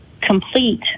complete